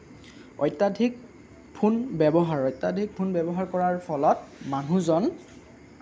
অত্যাধিক ফোন ব্যৱহাৰ অত্যাধিক ফোন ব্যৱহাৰ কৰাৰ ফলত মানুহজন